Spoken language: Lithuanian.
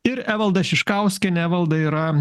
ir evalda šiškauskienė evaldą yra